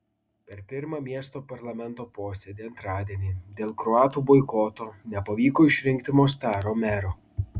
per pirmą miesto parlamento posėdį antradienį dėl kroatų boikoto nepavyko išrinkti mostaro mero